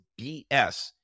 BS